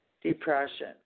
depression